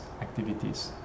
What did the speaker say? activities